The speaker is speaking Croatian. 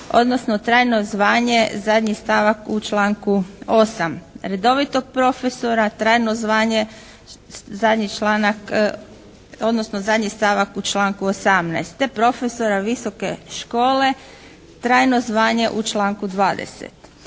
odnosno trajno zvanje, zadnji stavak u članku 8., redovitog profesora, trajno zvanje», zadnji članak odnosno zadnji stavak u članku 18. te profesora visoke škole trajno zvanje u članku 20.